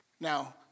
Now